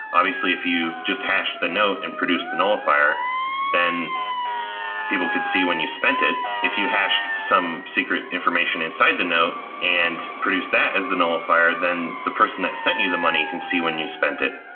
obviously if you just hash the note and produce the nullifier then people could see when you spent it. if you hashed some secret information inside the note and produce that as the nullifier then the person that sent you the money can see when you spent it.